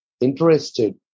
interested